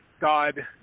God